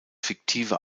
fiktive